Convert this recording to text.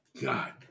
God